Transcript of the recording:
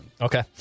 Okay